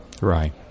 right